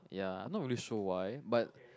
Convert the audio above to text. ya not really sure why but